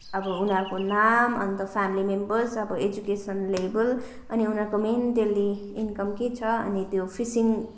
अब उनीहरूको नाम अन्त फ्यामिली मेम्बर्स अब एजुकेसन लेभल अनि उनीहरूको मेन डेली इन्कम के छ अनि त्यो फिसिङ